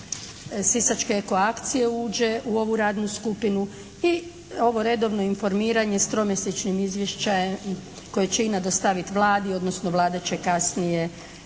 Sisačke eko akcije uđe u ovu radnu skupinu i ovo redovno informiranje s tromjesjećnim izvještajem koje će INA dostaviti Vladi odnosno Vlada će kasnije